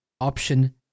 option